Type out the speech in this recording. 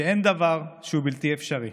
שאין דבר שהוא בלתי אפשרי.